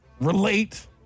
relate